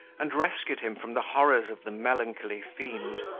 and rescued him from the horrors of the melancholy fiend.